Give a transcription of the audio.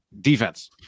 defense